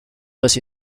was